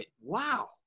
wow